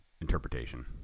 interpretation